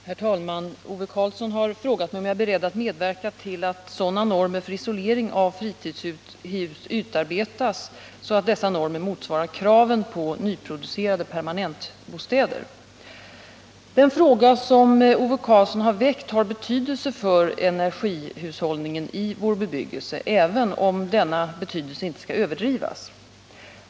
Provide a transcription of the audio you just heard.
Herr talman! Ove Karlsson har frågat mig om jag är beredd att medverka till att sådana normer för isolering av fritidshus utarbetas att de motsvarar kraven på nyproducerade permanentbostäder. Den fråga som Ove Karlsson har väckt har betydelse för energihushållningen i vår bebyggelse, även om denna betydelse inte skall överdrivas.